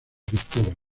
cristóbal